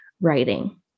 writing